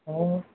অঁ